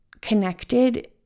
connected